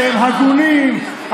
אתם הגונים,